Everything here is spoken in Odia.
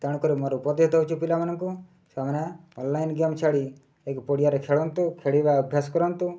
ତେଣୁକରି ମୋର ଉପଦେଶ ଦଉଛି ପିଲାମାନଙ୍କୁ ସେମାନେ ଅନଲାଇନ୍ ଗେମ୍ ଛାଡ଼ି ଏକ ପଡ଼ିଆରେ ଖେଳନ୍ତୁ ଖେଳିବା ଅଭ୍ୟାସ କରନ୍ତୁ